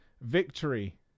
victory